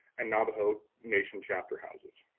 and navajo nation chapter houses.